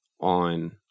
on